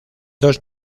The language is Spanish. dos